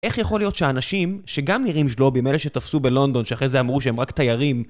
איך יכול להיות שהאנשים, שגם נראים ג'לובים, אלה שתפסו בלונדון, שאחרי זה אמרו שהם רק תיירים...